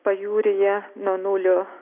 pajūryje nuo nulio